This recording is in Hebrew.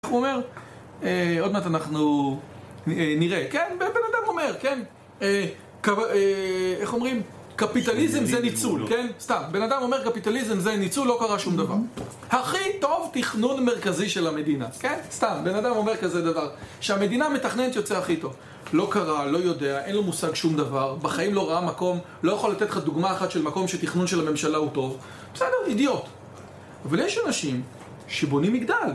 הוא אומר, עוד מעט אנחנו נראה. כן? ובן אדם אומר, כן? איך אומרים? קפיטליזם זה ניצול. סתם, בן אדם אומר קפיטליזם זה ניצול, לא קרה שום דבר. הכי טוב תכנון מרכזי של המדינה. סתם, בן אדם אומר כזה דבר. שהמדינה מתכננת יוצאה הכי טוב. לא קרה, לא יודע, אין לו מושג שום דבר, בחיים לא ראה מקום, לא יכול לתת לך דוגמה אחת של מקום שתכנון של הממשלה הוא טוב. בסדר, אידיוט. אבל יש אנשים שבונים מגדל.